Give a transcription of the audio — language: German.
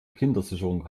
kindersicherung